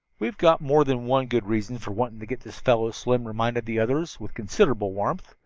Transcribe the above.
we've got more than one good reason for wanting to get this fellow, slim reminded the others with considerable warmth,